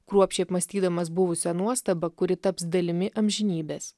kruopščiai apmąstydamas buvusią nuostabą kuri taps dalimi amžinybės